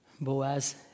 Boaz